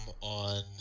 on